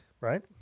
right